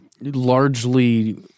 largely—